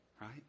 Right